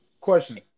question